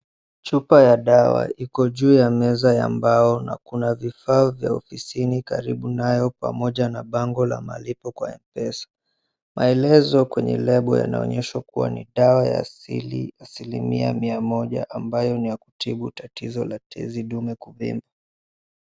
Chupa ya dawa iko juu ya meza ya mbao na kuna vifaa vya ofisini karibu nayo pamoja na bango la malipo kwa MPESA. Maelezo kwenye ilabu yanaonyesha kuwa ni dawa ya asilimia mia moja ambayo ni ya kutibu tatizo la tezi dume kuvimba.